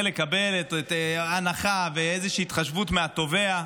לקבל את ההנחה ואיזושהי התחשבות מהתובע,